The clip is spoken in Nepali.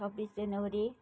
छब्बिस जनवरी